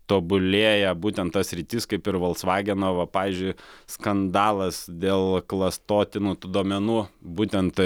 tobulėja būtent ta sritis kaip ir volksvageno va pavyzdžiui skandalas dėl klastotinų tų duomenų būtent